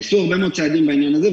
נעשו הרבה מאוד צעדים בעניין הזה,